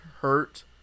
hurt